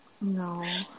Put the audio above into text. No